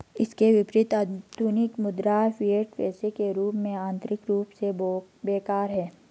इसके विपरीत, आधुनिक मुद्रा, फिएट पैसे के रूप में, आंतरिक रूप से बेकार है